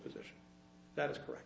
position that is correct